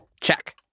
Check